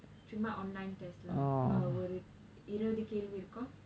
சும்மா:chumma online test lah uh ஒரு இருபது கேள்வி இருக்கும்:oru iruvathu kelvi irukkum